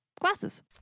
GLASSES